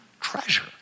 treasure